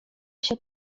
się